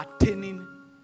attaining